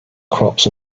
crops